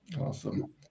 Awesome